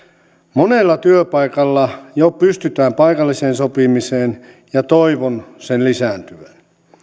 monella työpaikalla jo pystytään paikalliseen sopimiseen ja toivon sen lisääntyvän